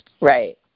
Right